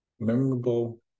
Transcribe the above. memorable